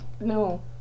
No